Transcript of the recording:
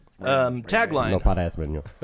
tagline